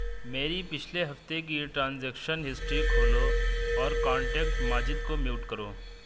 میری پچھلے ہفتے کی ٹرانزیکشن ہسٹری کھولو اور کانٹیکٹ ماجد کو میوٹ کرو